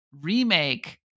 remake